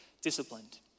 disciplined